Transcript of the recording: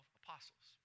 apostles